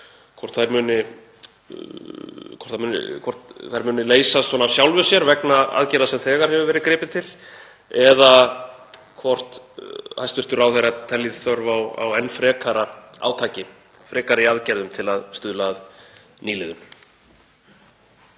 morgun muni leysast svona af sjálfu sér vegna aðgerða sem þegar hefur verið gripið til eða hvort hæstv. ráðherra telji þörf á enn frekara átaki og frekari aðgerðum til að stuðla að nýliðun.